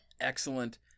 excellent